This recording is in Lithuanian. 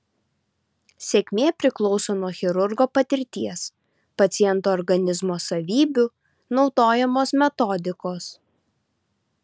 sėkmė priklauso nuo chirurgo patirties paciento organizmo savybių naudojamos metodikos